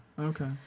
Okay